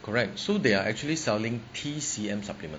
correct so they are actually selling T_C_M supplement